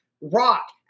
Rock